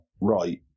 right